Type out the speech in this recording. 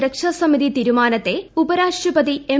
സുരക്ഷ സമിതി തീരുമാനത്തെ ഉപരാഷ്ട്രപതി എം